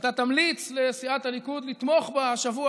ושאתה תמליץ לסיעת הליכוד לתמוך בה השבוע,